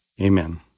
Amen